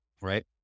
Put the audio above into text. right